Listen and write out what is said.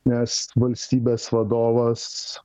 nes valstybės vadovas